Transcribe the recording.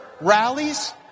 rallies